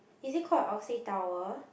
is it called Oxy Tower